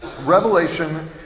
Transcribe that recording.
Revelation